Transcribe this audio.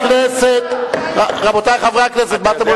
רבותי חברי הכנסת,